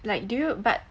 like do you but